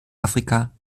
afrika